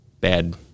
bad